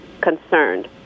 concerned